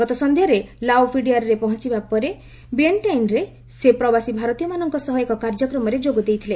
ଗତ ସନ୍ଧ୍ୟାରେ ଲାଓ ପିଡିଆର୍ରେ ପହଞ୍ଚବା ପରେ ବିଏନ୍ଟାଇନ୍ରେ ସେ ପ୍ରବାସୀ ଭାରତୀୟମାନଙ୍କ ସହ ଏକ କାର୍ଯ୍ୟକ୍ରମରେ ଯୋଗ ଦେଇଥିଲେ